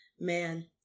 Man